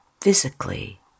physically